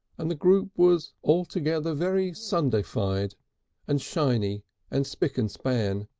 and the group was altogether very sundayfied and shiny and spick and span.